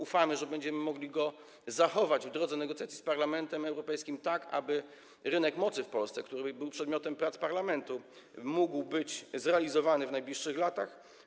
Ufamy, że będziemy mogli go zachować w drodze negocjacji z Parlamentem Europejskim, tak aby rynek mocy w Polsce, który był przedmiotem prac parlamentu, mógł być zrealizowany w najbliższych latach.